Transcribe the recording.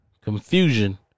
confusion